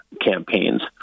campaigns